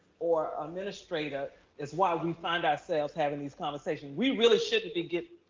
or administrator is why we find ourselves having these conversations. we really shouldn't be getting,